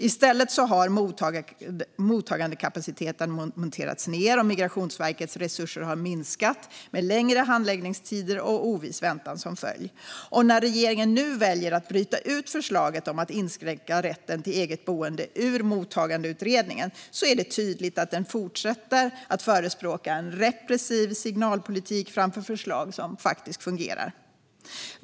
I stället har mottagandekapaciteten monterats ned, och Migrationsverkets resurser har minskat med längre handläggningstider och oviss väntan som följd. När regeringen nu väljer att bryta ut förslaget om att inskränka rätten till eget boende ur Mottagandeutredningen är det tydligt att den fortsätter att förespråka en repressiv signalpolitik framför förslag som faktiskt fungerar.